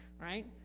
right